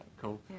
cool